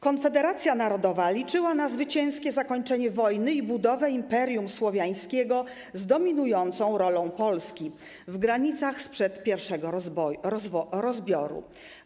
Konfederacja Narodowa liczyła na zwycięskie zakończenie wojny i budowę imperium słowiańskiego z dominującą rolą Polski w granicach sprzed pierwszego rozbioru.